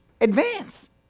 Advance